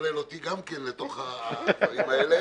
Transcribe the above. לטרלל גם אותי לתוך הדברים האלה